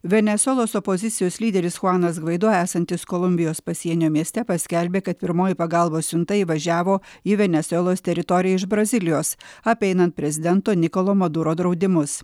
venesuelos opozicijos lyderis chuanas gvaido esantis kolumbijos pasienio mieste paskelbė kad pirmoji pagalbos siunta įvažiavo į venesuelos teritoriją iš brazilijos apeinant prezidento nikolo mordoro draudimus